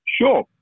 Sure